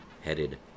headed